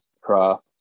craft